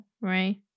right